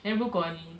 then 如果你